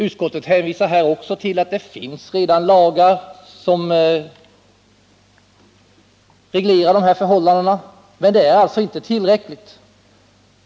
Utskottet hänvisar här också till att det redan finns lagar som reglerar dessa förhållanden, men det är alltså inte tillräckligt.